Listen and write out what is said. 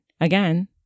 again